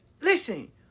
Listen